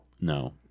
No